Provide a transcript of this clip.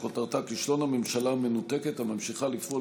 כותרתה: כישלון הממשלה המנותקת הממשיכה לפעול